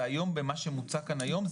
ובמה שמוצע כאן היום,